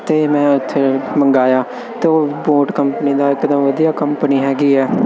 ਅਤੇ ਮੈਂ ਉੱਥੇ ਮੰਗਵਾਇਆ ਅਤੇ ਉਹ ਬੋਟ ਕੰਪਨੀ ਦਾ ਇੱਕਦਮ ਵਧੀਆ ਕੰਪਨੀ ਹੈਗੀ ਆ